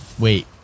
Wait